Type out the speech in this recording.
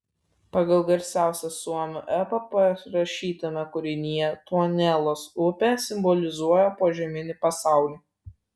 pagal garsiausią suomių epą parašytame kūrinyje tuonelos upė simbolizuoja požeminį pasaulį